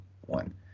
one